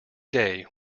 day